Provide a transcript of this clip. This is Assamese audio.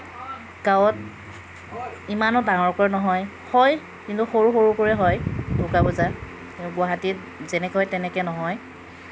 গাঁৱত ইমানো ডাঙৰকৈ নহয় হয় কিন্তু সৰু সৰু কৰি হয় দুৰ্গা পূজা কিন্তু গুৱাহাটীত যেনেকৈ হয় তেনেকৈ নহয়